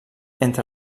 entre